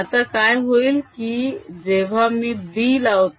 आता काय होईल की जेव्हा मी B लावतो